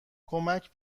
کمک